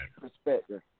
perspective